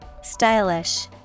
Stylish